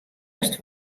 ast